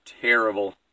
terrible